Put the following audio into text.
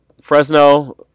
Fresno